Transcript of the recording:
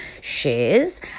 shares